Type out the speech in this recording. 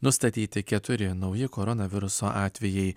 nustatyti keturi nauji koronaviruso atvejai